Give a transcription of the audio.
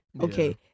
okay